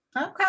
okay